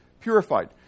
Purified